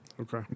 Okay